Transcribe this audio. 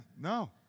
No